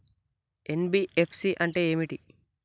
NBFC అంటే ఏమిటి?